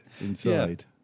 inside